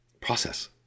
process